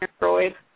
Android